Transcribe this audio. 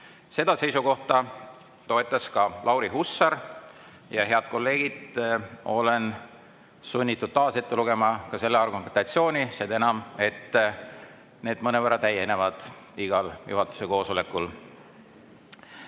Seda seisukohta toetas ka Lauri Hussar. Ja head kolleegid, olen sunnitud taas ette lugema ka selle argumentatsiooni, seda enam, et neid mõnevõrra täiendatakse igal juhatuse koosolekul. Toomas